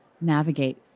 navigate